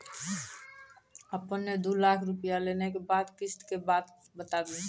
आपन ने दू लाख रुपिया लेने के बाद किस्त के बात बतायी?